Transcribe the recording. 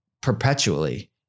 perpetually